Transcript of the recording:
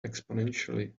exponentially